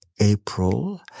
April